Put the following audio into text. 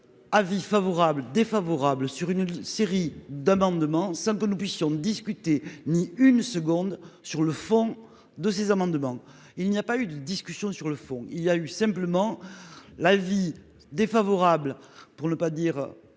Avis favorable défavorable sur une série d'amendements. Ça peut nous puissions discuter ni une seconde sur le fond de ces amendements, il n'y a pas eu de discussion sur le fond, il y a eu simplement l'avis défavorable pour ne pas dire